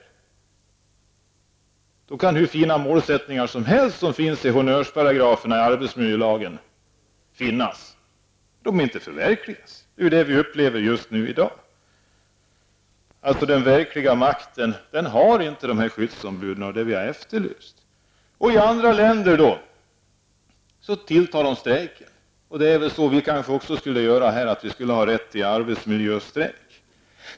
Då kan det finnas hur fina målsättningar som helst i honnörsparagraferna i arbetsmiljölagen, de förverkligas inte i alla fall. Det är detta vi upplever nu i dag. Den verkliga makten har inte skyddsombuden, och detta har vi efterlyst. I andra länder tar de till strejk. Vi kanske också skulle ha rätt att arbetsmiljöstrejka.